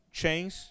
chains